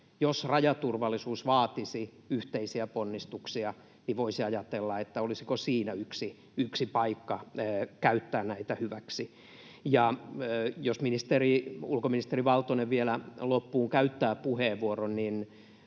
Jos rajaturvallisuus vaatisi yhteisiä ponnistuksia, niin voisi ajatella, olisiko siinä yksi paikka käyttää näitä hyväksi. Jos ulkoministeri Valtonen vielä loppuun käyttää puheenvuoron, niin